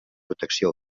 protecció